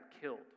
killed